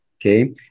Okay